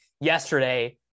yesterday